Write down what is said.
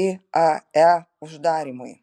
iae uždarymui